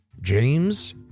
James